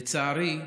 לצערי,